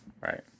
right